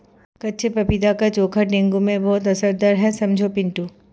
कच्चे पपीते का चोखा डेंगू में बहुत असरदार है समझे पिंटू